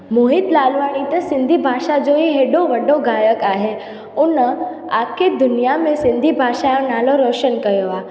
मोहित लालवाणी त सिंधी भाषा जो ई हेॾो वॾो गायक आहे उन आखे दुनिया में सिंधी भाषा यो नालो रोशन कयो आहे